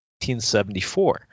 1974